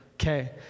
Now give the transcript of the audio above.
okay